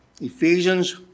Ephesians